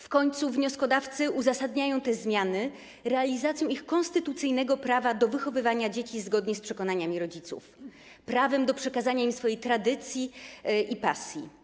W końcu wnioskodawcy uzasadniają te zmiany realizacją ich konstytucyjnego prawa do wychowywania dzieci zgodnie z przekonaniami rodziców, prawem do przekazania im swojej tradycji i pasji.